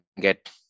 get